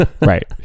right